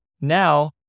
Now